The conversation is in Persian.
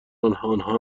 آنها